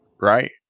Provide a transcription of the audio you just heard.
right